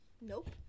Nope